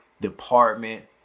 department